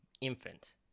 infant